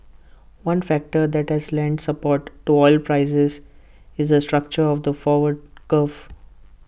one factor that has lent support to oil prices is the structure of the forward curve